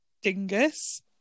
dingus